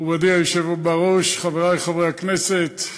בראש, חברי חברי הכנסת,